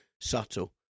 Subtle